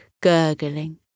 gurgling